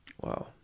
Wow